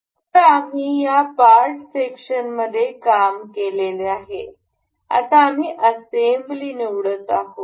पूर्वी आम्ही या पार्ट सेक्शनमध्ये काम केलेले आहे आता आम्ही असेंब्ली निवडत आहोत